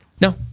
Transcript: No